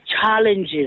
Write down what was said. challenges